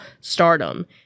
stardom